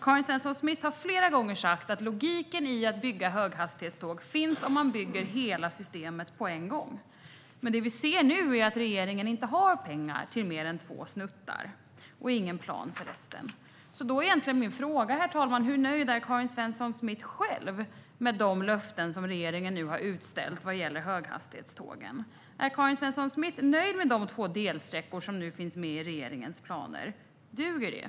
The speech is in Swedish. Karin Svensson Smith har flera gånger sagt att logiken i att bygga höghastighetsjärnväg finns om man bygger hela systemet på en gång. Men det vi ser nu är att regeringen inte har pengar till mer än två snuttar och ingen plan för resten. Herr talman! Hur nöjd är Karin Svensson Smith själv med de löften som regeringen har utställt vad gäller höghastighetstågen? Är Karin Svensson Smith nöjd med de två delsträckor som finns med i regeringens planer? Duger det?